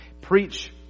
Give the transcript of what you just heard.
preach